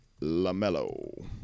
LaMelo